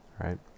right